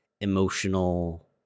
emotional